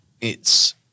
it's-